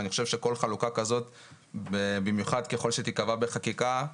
ואני חושב שכל חלוקה כזאת במיוחד ככל שתיקבע בחקיקה,